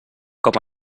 com